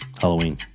halloween